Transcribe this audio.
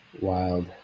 wild